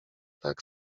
tak